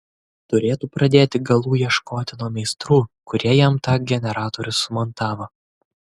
turėtų pradėti galų ieškoti nuo meistrų kurie jam tą generatorių sumontavo